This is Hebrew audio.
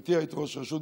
גברתי, היית ראש רשות.